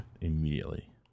immediately